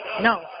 no